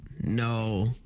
no